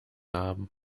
haben